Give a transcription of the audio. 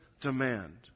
demand